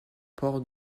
port